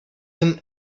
him